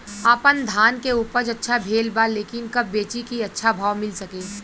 आपनधान के उपज अच्छा भेल बा लेकिन कब बेची कि अच्छा भाव मिल सके?